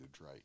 right